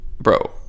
Bro